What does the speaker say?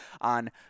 on